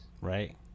Right